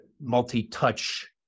multi-touch